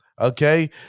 okay